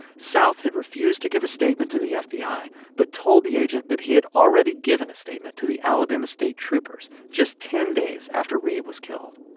south had refused to give a statement to the fbi but told the agent that he had already given a statement to the alabama state troopers just ten days after reeb was killed.